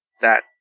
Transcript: That-